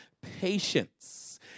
Patience